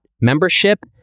membership